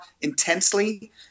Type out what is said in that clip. intensely